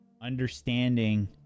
understanding